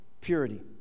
purity